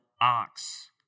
ox